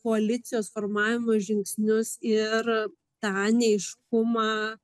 koalicijos formavimo žingsnius ir tą neaiškumą